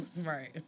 right